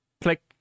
Click